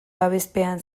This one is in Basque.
babespean